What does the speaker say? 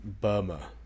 Burma